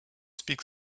speak